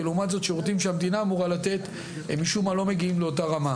ולעומת זאת שירותים שהמדינה אמורה לתת הם משום מה לא מגיעים לאותה רמה.